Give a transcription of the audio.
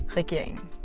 regeringen